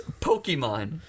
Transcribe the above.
Pokemon